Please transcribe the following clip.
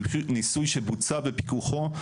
ניסוי שבוצע בפיקוחו,